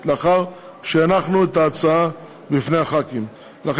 לאחר שהנחנו את ההצעה בפני חברי הכנסת.